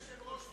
אדוני היושב-ראש,